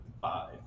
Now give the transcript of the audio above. five